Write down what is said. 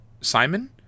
Simon